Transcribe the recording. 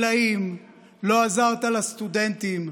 לא עזרת לגמלאים, לא עזרת לסטודנטים,